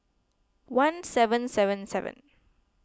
one seven seven seven